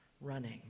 running